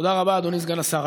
תודה רבה, אדוני סגן השר.